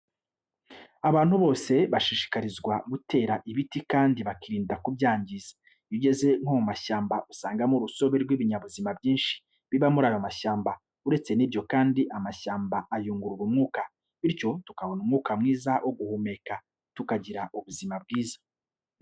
Abantu bose bashishikarizwa gutera ibiti kandi bakirinda kubyangiza. Iyo ugeze nko mu mashyamba usangamo urusobe rw'ibinyabuzima byinshi biba muri ayo mashyamba. Uretse n'ibyo kandi amashyamba ayungurura umwuka, bityo tukabona umwuka mwiza wo guhumeka tukagira ubuzima bwiza.